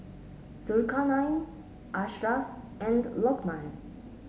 Zulkarnain Ashraff and Lokman